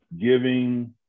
giving